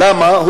למה?